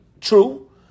true